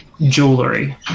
jewelry